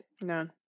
no